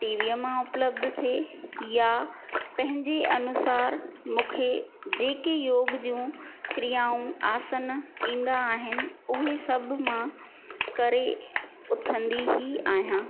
T वीअ मां उपलब्धु थिए पंहिंज़े अनुसार मूंखे जेकी योग जूं क्रियाऊं आसन ईंदा आहिनि उहे सभु मां करे उथंदी ई आहियां